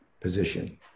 position